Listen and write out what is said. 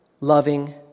loving